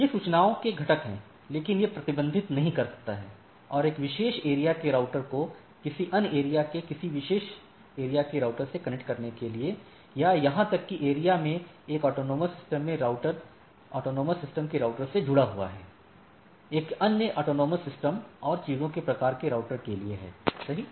ये सूचनाओं के घटक हैं लेकिन यह प्रतिबंधित नहीं करता है कि एक विशेष एरिया के राउटर को किसी अन्य एरिया के किसी विशेष एरिया के राउटर से कनेक्ट करने के लिए या यहां तक कि एरिया में एक स्वायत्त प्रणाली में राउटर स्वायत्त प्रणाली के राउटर से जुड़ा हुआ है एक अन्य स्वायत्त प्रणालियों और चीजों के प्रकार के राउटर के लिए सही